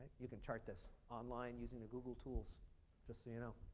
you can chart this online using google tools just so you know.